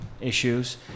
issues